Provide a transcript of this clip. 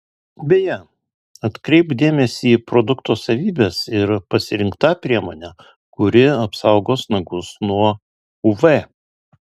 beje atkreipk dėmesį į produkto savybes ir pasirink tą priemonę kuri apsaugos nagus nuo uv